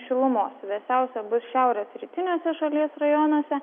šilumos vėsiausia bus šiaurės rytiniuose šalies rajonuose